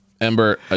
ember